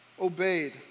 obeyed